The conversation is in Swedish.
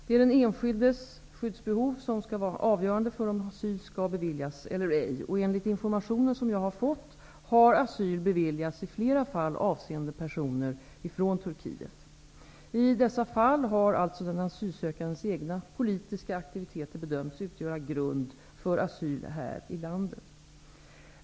Det är den enskildes skyddsbehov som skall vara avgörande för om asyl skall beviljas eller ej. Enligt information jag har fått, har asyl beviljats i flera fall avseende personer från Turkiet. I dessa fall har alltså den asylsökandes egna politiska aktiviteter bedömts utgöra grund för asyl här i landet.